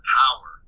power